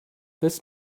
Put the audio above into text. this